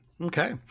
okay